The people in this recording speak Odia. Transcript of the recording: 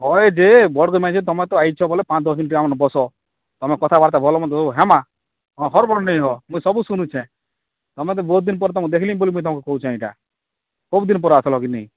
ହଏ ଯେ ବଡ଼ ଦିନେ ଆଇଛ ତୁମେ ତ ଆଇଛ ବୋଲେ ପାଞ୍ଚ ଦଶ ମିନିଟ୍ରେ ଆମର ବସ ତୁମେ କଥାବର୍ତ୍ତା ଭଲ ମଧ୍ୟ ସବୁ ହେମା ହଁ ହଡ଼ବଡ଼ ନାଇଁ ହୁଅ ମୁଁ ସବୁ ଶୁନୁଛେ ତୁମେ ତ ବହୁତ ଦିନ ପରେ ତୁମ ଦେଖିଲି ବୋଲି ମୁଇଁ ତୁମକୁ କହୁଛେ ଏଇଟା ଖୁବ ଦିନ ପରେ ଆସିଲ କିନି